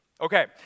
Okay